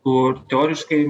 kur teoriškai